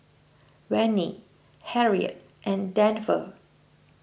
Vennie Harriet and Denver